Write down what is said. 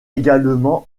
également